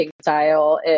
style